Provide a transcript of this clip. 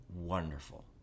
wonderful